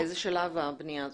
באיזה שלב בניית השכונה?